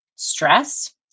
stress